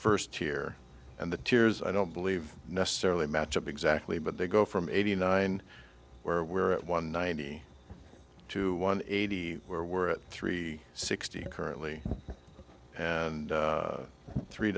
first year and the tears i don't believe necessarily match up exactly but they go from eighty nine where we're at one ninety two one eighty where we're at three sixty currently and three